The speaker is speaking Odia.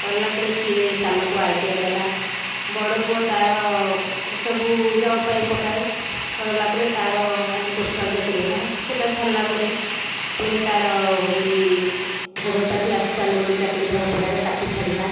ପଢ଼ିଲା ପରେ ସେ ସାନ ପୁଅ ଆଇଟିଆଇ କଲା ବଡ଼ ପୁଅ ତା'ର ସବୁ ଜବ୍ ପାଇଁ ପକାଏ କଲାପରେ ତା'ର ଆଗେ ପୋଷ୍ଟାଲ ଚାକିରୀ ହେଲା ସେହିଟା ଛାଡ଼ିଲା ପରେ ପୁଣି ତା'ର ହେଉଛି ହୋମିଓପାଥି ଆସିଷ୍ଟାଣ୍ଟ ଚାକିରୀ ଧଳପଡ଼ାରେ ତାକୁ ଛାଡ଼ିଲା